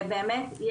יש